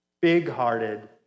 big-hearted